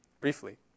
briefly